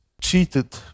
cheated